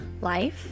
life